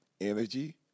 energy